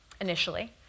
initially